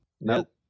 Nope